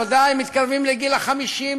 ודאי מתקרבים לגיל 50,